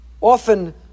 Often